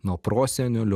nuo prosenelių